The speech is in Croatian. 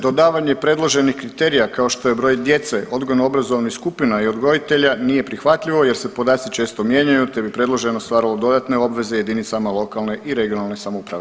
Dodavanje predloženih kriterija kao što je broj djece odgojno obrazovnih skupina i odgojitelja nije prihvatljivo jer se podaci često mijenjaju, te bi predloženo stvaralo dodatne obveze jedinicama lokalne i regionalne samouprave.